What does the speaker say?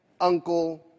uncle